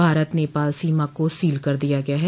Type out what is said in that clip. भारत नेपाल सीमा को सील कर दिया गया है